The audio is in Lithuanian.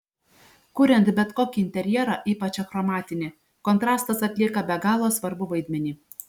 kuriant bet kokį interjerą ypač achromatinį kontrastas atlieka be galo svarbų vaidmenį